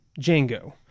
Django